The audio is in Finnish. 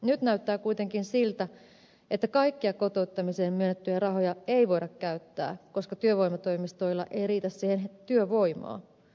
nyt näyttää kuitenkin siltä että kaikkia kotouttamiseen myönnettyjä rahoja ei voida käyttää koska työvoimatoimistoilla ei riitä siihen työvoimaa